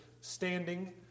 standing